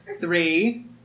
Three